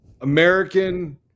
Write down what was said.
American